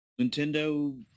Nintendo